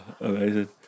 amazing